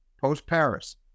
post-Paris